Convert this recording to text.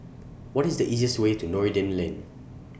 What IS The easiest Way to Noordin Lane